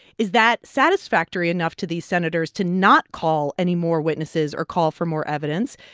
is that satisfactory enough to these senators to not call any more witnesses or call for more evidence?